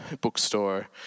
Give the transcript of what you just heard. bookstore